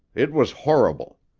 it was horrible.